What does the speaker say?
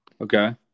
Okay